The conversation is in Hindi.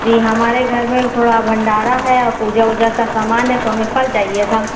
जी हमारे घर में भी थोड़ा भण्डारा है और पूजा ऊजा का समान है तो हमें फल चाहिए था